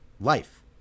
life